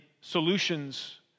solutions